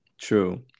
True